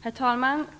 Herr talman! Betänkandet